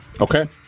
okay